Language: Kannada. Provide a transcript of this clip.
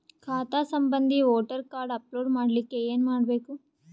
ಖಾತಾ ಸಂಬಂಧಿ ವೋಟರ ಕಾರ್ಡ್ ಅಪ್ಲೋಡ್ ಮಾಡಲಿಕ್ಕೆ ಏನ ಮಾಡಬೇಕು?